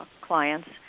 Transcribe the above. clients